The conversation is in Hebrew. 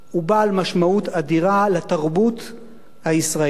הוא בעל משמעות אדירה לתרבות הישראלית.